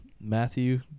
Matthew